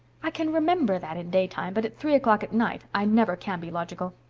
i can remember that in daytime, but at three o'clock at night i never can be logical.